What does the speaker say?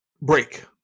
break